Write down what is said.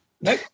No